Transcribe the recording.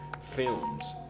films